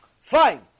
fine